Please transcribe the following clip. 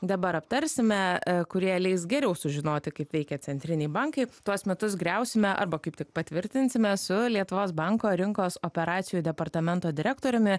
dabar aptarsime kurie leis geriau sužinoti kaip veikia centriniai bankai tuos metus griausime arba kaip tik patvirtinsime su lietuvos banko rinkos operacijų departamento direktoriumi